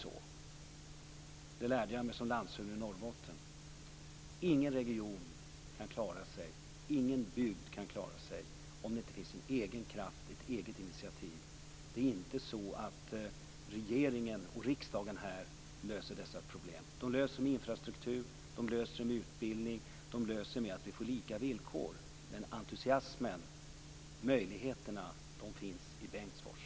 Sedan lärde jag mig som landshövding i Norrbotten att ingen region och ingen bygd kan klara sig om det inte finns en egen kraft och ett eget initiativ. Regeringen och riksdagen löser inte dessa problem. Regering och riksdag löser problem som handlar om infrastruktur, utbildning och lika villkor. Men entusiasmen och möjligheterna finns i Bengtsfors.